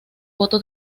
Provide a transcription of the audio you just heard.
voto